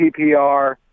PPR